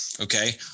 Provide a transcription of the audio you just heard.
Okay